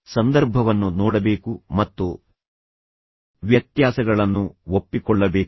ಸಂದರ್ಭವನ್ನು ನೋಡಬೇಕು ಮತ್ತು ವ್ಯತ್ಯಾಸಗಳನ್ನು ಒಪ್ಪಿಕೊಳ್ಳಬೇಕು